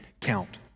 count